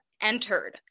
entered